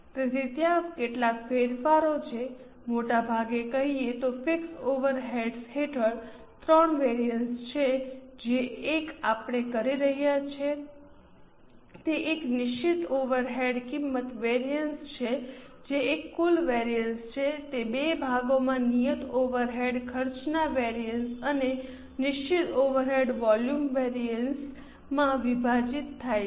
તેથી ત્યાં કેટલાક ફેરફારો છે મોટા ભાગે કહીએ તો ફિક્સ ઓવરહેડ્સ હેઠળ 3 વિવિધતા છે જે એક આપણે કરી રહ્યા છીએ તે એક નિશ્ચિત ઓવરહેડ કિંમત વેરિઅન્સ છે જે એક કુલ વિવિધતા છે તે 2 ભાગોમાં નિયત ઓવરહેડ ખર્ચના વેરિઅન્સ અને નિશ્ચિત ઓવરહેડ વોલ્યુમ વેરિઅન્સ માં વિભાજિત થાય છે